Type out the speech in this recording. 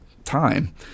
time